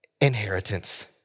inheritance